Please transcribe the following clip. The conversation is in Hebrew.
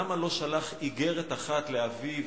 למה לא שלח איגרת אחת לאביו,